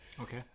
okay